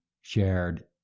shared